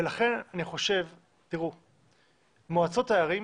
מועצות הערים,